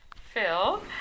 Phil